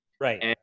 Right